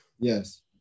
yes